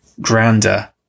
grander